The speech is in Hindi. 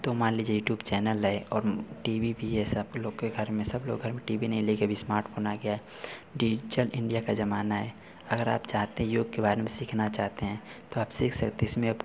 तो मान लीजिए यूट्यूब चैनल है और टी वी भी है सब लोग के घर में सब लोग घर में टी वी नहीं लगी अभी स्मार्टफोन आ गया डिजिटल इंडिया का ज़माना है अगर आप चाहते हैं योग के बारे में सिखना चाहते हैं तो आप सीख सकते हैं इसमें अब